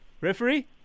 Referee